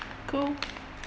cool